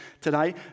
today